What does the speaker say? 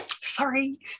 sorry